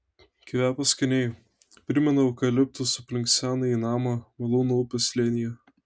kvepia skaniai primena eukaliptus aplink senąjį namą malūno upės slėnyje